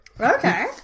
Okay